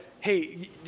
hey